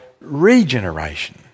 regeneration